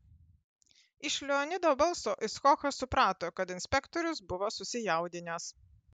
iš leonido balso icchokas suprato kad inspektorius buvo susijaudinęs